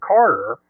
Carter